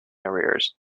arrears